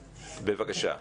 בבקשה.